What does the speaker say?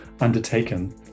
undertaken